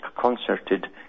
concerted